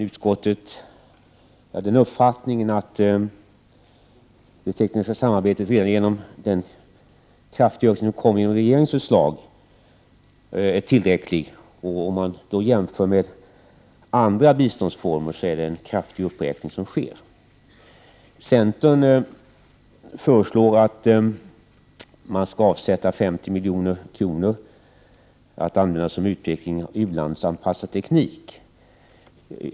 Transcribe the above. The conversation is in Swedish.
Utskottet är av den uppfattningen att den kraftiga höjning av anslaget som det tekniska samarbetet får redan genom regeringens förslag är tillräcklig. Om man jämför med andra biståndsformer är det en kraftig uppräkning som sker. Centern föreslår att man skall avsätta 50 milj.kr. att användas för Prot. 1988/89:99 utveckling av u-landsanpassad teknik.